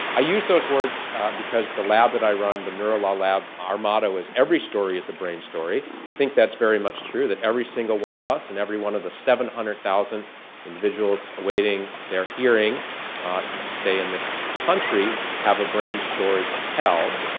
i use those words because the lab that i run, the neurolaw lab, our motto is every story is a brain story. i think that's very much true, that every single one of us and every one of the seven hundred thousand individuals awaiting their hearing ah to stay in this country have a brain story to tell.